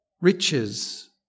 riches